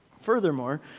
Furthermore